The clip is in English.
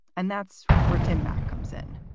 and that's where tim mak comes in.